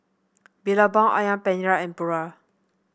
Billabong ayam Penyet Ria and Pura